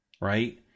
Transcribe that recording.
Right